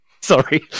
Sorry